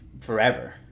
forever